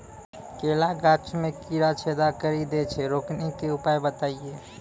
केला गाछ मे कीड़ा छेदा कड़ी दे छ रोकने के उपाय बताइए?